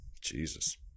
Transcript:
Jesus